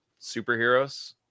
superheroes